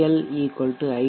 L I